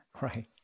right